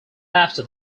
after